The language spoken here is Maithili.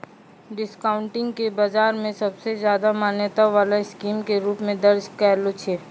डिस्काउंटिंग के बाजार मे सबसे ज्यादा मान्यता वाला स्कीम के रूप मे दर्ज कैलो छै